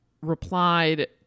replied